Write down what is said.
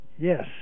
Yes